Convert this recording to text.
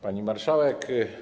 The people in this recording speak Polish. Pani Marszałek!